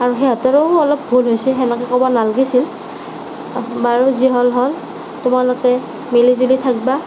আৰু সিহঁতৰো অলপ ভুল হৈছে সেনেকে ক'ব নালাগিছিল বাৰু যি হ'ল হ'ল তোমালোকে মিলিজুলি থাকিবা